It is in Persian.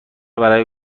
برای